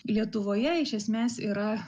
lietuvoje iš esmės yra